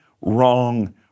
wrong